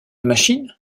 machine